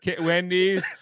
Wendy's